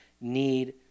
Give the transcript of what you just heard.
need